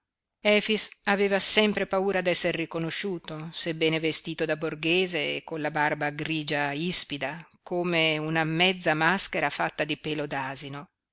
aveva sempre paura d'esser riconosciuto sebbene vestito da borghese e con la barba grigia ispida come una mezza maschera fatta di pelo